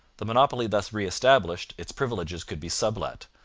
the monopoly thus re-established, its privileges could be sublet,